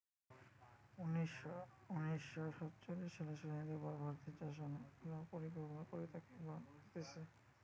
উনিশ শ সাতচল্লিশ সালের স্বাধীনতার পর ভারতের চাষে অনেক গুলা পরিকল্পনা করে তাকে বাড়ান হতিছে